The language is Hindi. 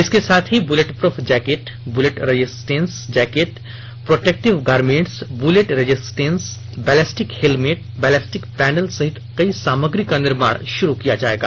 इसके साथ ही bullet proof jacket bullet resistance jacket protective garments bullet resistance ballistic helmet ballistic panel सहित कई सामग्री का निर्माण शुरू किया जायेगा